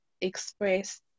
express